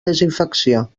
desinfecció